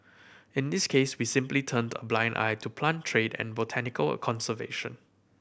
in this case we simply turned a blind eye to plant trade and botanical conservation